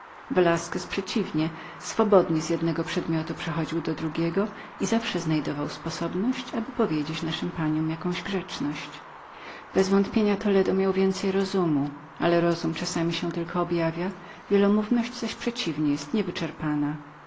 velasquez przeciwnie swobodnie z jednego przedmiotu przechodził do drugiego i zawsze znajdował sposobność powiedzenia naszym paniom jakiej grzeczności bezwątpienia toledo miał więcej rozumu ale rozum czasami się tylko objawia wielomowność zaś przeciwnie jest niewyczerpaną